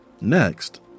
Next